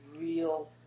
real